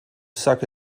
suck